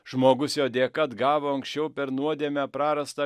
žmogus jo dėka atgavo anksčiau per nuodėmę prarastą